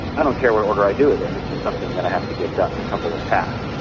i don't care what order i do it in, it's just something that i have to get done, a couple of tasks.